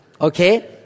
Okay